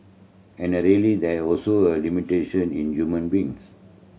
and a really there also a limitation in human beings